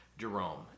Jerome